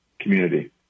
community